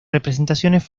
representaciones